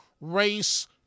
race